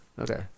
okay